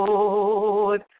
Lord